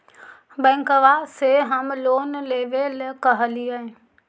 बैंकवा से हम लोन लेवेल कहलिऐ?